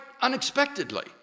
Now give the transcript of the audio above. unexpectedly